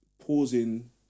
pausing